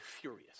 furious